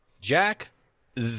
Jack